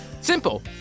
Simple